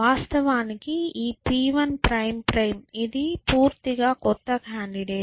వాస్తవానికి ఈ P1″ ఇది పూర్తిగా కొత్త కాండిడేట్